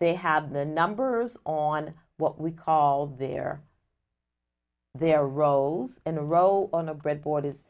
they have the numbers on what we call their their roles in a row on a breadboard is